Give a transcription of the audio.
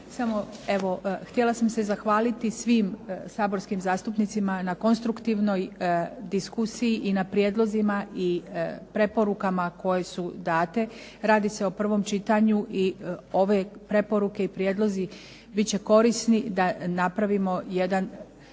htjela sam se zahvaliti svim saborskim zastupnicima na konstruktivnoj diskusiji i na prijedlozima i preporukama koje su date. Radi se o prvom čitanju i ove preporuke i prijedlozi bit će korisni da napravimo jedan